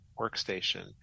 workstation